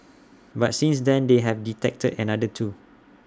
but since then they have detected another two